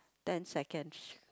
ten seconds